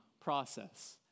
process